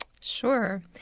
Sure